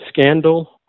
scandal